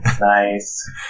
Nice